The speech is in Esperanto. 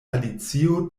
alicio